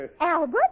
Albert